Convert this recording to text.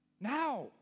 Now